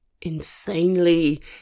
insanely